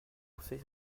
conseil